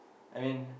I mean